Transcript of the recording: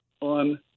on